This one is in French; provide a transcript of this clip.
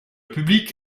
public